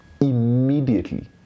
Immediately